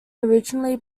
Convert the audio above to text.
originally